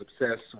obsessed